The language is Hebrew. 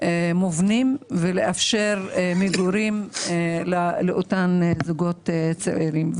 מובנים ולאפשר מגורים לאותם זוגות צעירים,